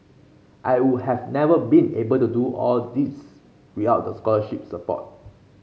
I would have never been able to do all these without the scholarship support